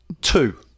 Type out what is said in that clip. two